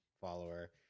follower